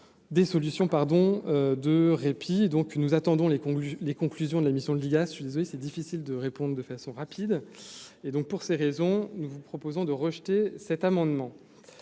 nous attendons les conclusions les conclusions de la mission de l'IGAS, je suis désolé, c'est difficile de répondre de façon rapide et donc pour ces raisons, nous vous proposons de rejeter cet amendement,